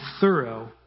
thorough